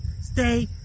Stay